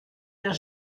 der